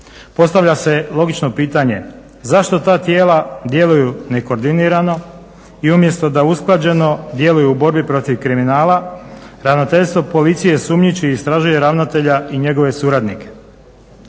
postavlja se logično pitanje, zašto ta tijela djeluju nekoordinirano i umjesto da usklađeno djeluju u borbi protiv kriminala ravnateljstvo policije sumnjiči i istražuje ravnatelja i njegove suradnike.